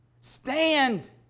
Stand